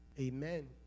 Amen